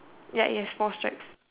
ya yes four stripes